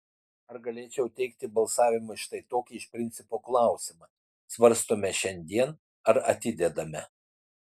ar galėčiau teikti balsavimui štai tokį iš principo klausimą svarstome šiandien ar atidedame